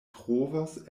trovos